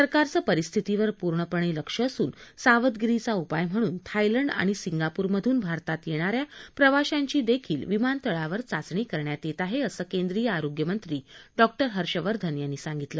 सरकारचं परिस्थितीवर पूर्णपणे लक्ष असून सावधगिरीचा उपाय म्हणून थायलंड आणि सिंगापूर मधून भारतात येणाऱ्या प्रवाशांची देखील विमानतळावर चाचणी करण्यात येत आहे असं केंद्रीय आरोग्यमंत्री डॉक्टर हर्षवर्धन यांनी सांगितलं